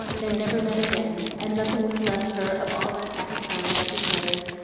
they never met again, and nothing was left her of all that happy time but his letters,